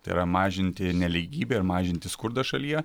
tai yra mažinti nelygybę ir mažinti skurdą šalyje